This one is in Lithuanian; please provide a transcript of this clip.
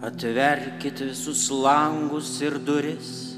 atverkit visus langus ir duris